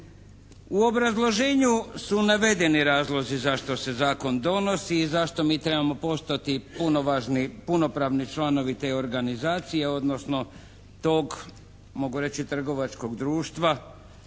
U obrazloženju su navedeni razlozi zašto se zakon donosi i zašto mi trebamo postati punopravni članovi te organizacije odnosno tog mogu reći trgovačkog društva